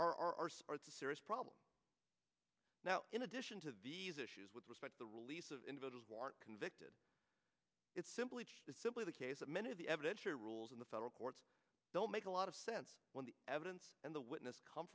our our sports a serious problem now in addition to these issues with respect the release of individuals who aren't convicted it's simply simply the case that many of the evidence or rules in the federal courts don't make a lot of sense when the evidence and the witness come